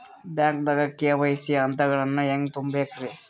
ಬ್ಯಾಂಕ್ದಾಗ ಕೆ.ವೈ.ಸಿ ಗ ಹಂತಗಳನ್ನ ಹೆಂಗ್ ತುಂಬೇಕ್ರಿ?